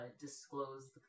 disclose